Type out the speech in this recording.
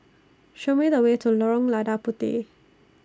Show Me The Way to Lorong Lada Puteh